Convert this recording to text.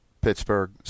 Pittsburgh